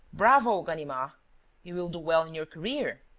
bravo, ganimard you will do well in your career!